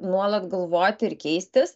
nuolat galvoti ir keistis